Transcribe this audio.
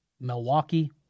Milwaukee